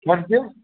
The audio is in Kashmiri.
وۅنۍ کیٚنٛہہ